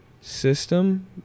system